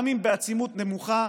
גם אם בעצימות נמוכה,